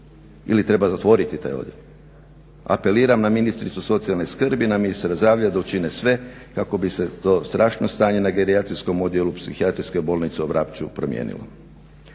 ili treba zatvoriti taj odjel. Apeliram na ministricu socijalne skrbi, na ministra zdravlja da učine sve kako bi se to strašno stanje na gerijatrijskom odjelu psihijatrijske bolnice u Vrapću promijenilo.